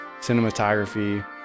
cinematography